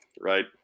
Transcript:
right